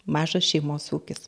mažas šeimos ūkis